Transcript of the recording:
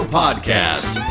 podcast